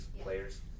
players